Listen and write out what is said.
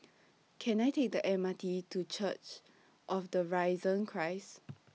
Can I Take The M R T to Church of The Risen Christ